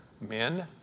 men